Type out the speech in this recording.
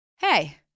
Hey